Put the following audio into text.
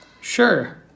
Sure